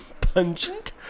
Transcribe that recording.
Pungent